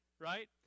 right